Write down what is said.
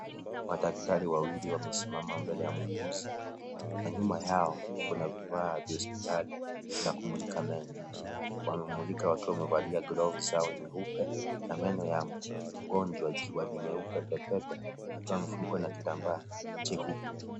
Madaktari wawili wamesimama mbele ya muuguzi na nyuma yao kuna vifaa vya hospitali vya kumlika meno. Wamemlika wakiwa wamevalia glovu zao nyeupe na meno ya mgonjwa ikiwa ni nyeupe pepepe akiwa amefunikwa na kitambaa cheupe.